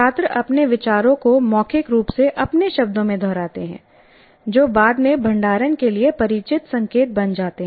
छात्र अपने विचारों को मौखिक रूप से अपने शब्दों में दोहराते हैं जो बाद में भंडारण के लिए परिचित संकेत बन जाते हैं